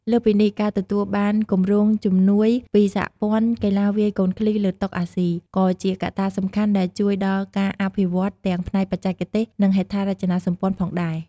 លើសពីនេះ ការទទួលបានគម្រោងជំនួយពីសហព័ន្ធកីឡាវាយកូនឃ្លីលើតុអាស៊ី ក៏ជាកត្តាសំខាន់ដែលជួយដល់ការអភិវឌ្ឍន៍ទាំងផ្នែកបច្ចេកទេស និងហេដ្ឋារចនាសម្ព័ន្ធផងដែរ។